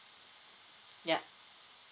yup